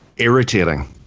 irritating